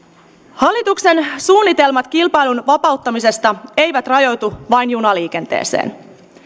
hallituksen suunnitelmat kilpailun vapauttamisesta eivät rajoitu vain junaliikenteeseen